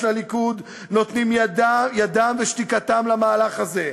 הליכוד נותנים ידם ושתיקתם למהלך הזה.